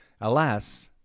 Alas